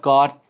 God